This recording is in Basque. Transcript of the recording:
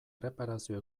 erreparazio